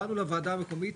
באנו לוועדה המקומית,